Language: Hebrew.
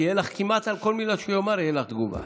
כי כמעט על כל מילה שהוא יאמר תהיה לך תגובה,